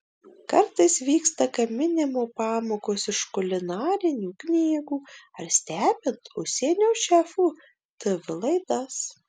kartais vyksta gaminimo pamokos iš kulinarinių knygų ar stebint užsienio šefų tv laidas